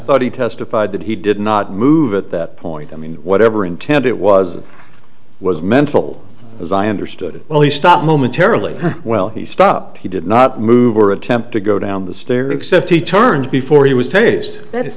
thought he testified that he did not move at that point i mean whatever intent it was it was mental as i understood well he stopped momentarily well he stopped he did not move or attempt to go down the stairs except he turned before he was taste that is